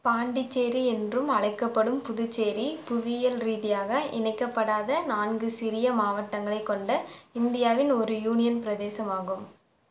பாண்டிச்சேரி என்றும் அழைக்கப்படும் புதுச்சேரி புவியியல் ரீதியாக இணைக்கப்படாத நான்கு சிறிய மாவட்டங்களைக் கொண்ட இந்தியாவின் ஒரு யூனியன் பிரதேசமாகும்